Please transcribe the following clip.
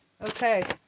Okay